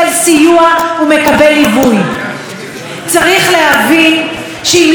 צריך להבין שאם לא יהיה טיפול לעומק ומהבסיס,